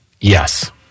Yes